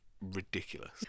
ridiculous